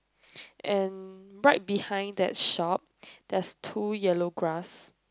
and right behind that shop there's two yellow grass